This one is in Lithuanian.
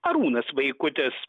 arūnas vaikutis